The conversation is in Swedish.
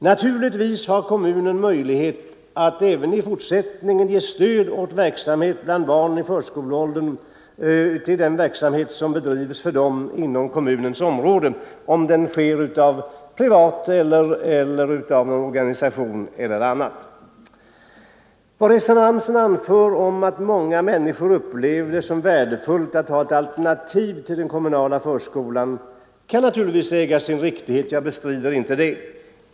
Naturligtvis har kommunen möjlighet att även i fortsättningen ge stöd åt verksamhet bland barn i förskoleåldern som bedrivs inom kommunens område av någon privatperson, organisation eller annan sammanslutning. Vad reservanterna anför om att många människor upplever det som värdefullt att ha ett alternativ till den kommunala förskolan kan na turligtvis äga sin riktighet — jag bestrider inte det.